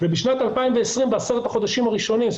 ובשנת 2020 בעשרת החודשים הראשונים,